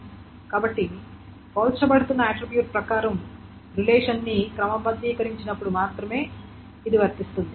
కాబట్టి పోల్చబడుతున్న ఆట్రిబ్యూట్ ప్రకారం రిలేషన్ని క్రమబద్ధీకరించినప్పుడు మాత్రమే ఇది వర్తిస్తుంది